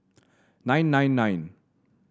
nine nine nine